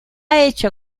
hecho